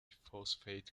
phosphate